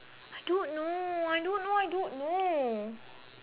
I don't know I don't know I don't know